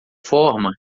forma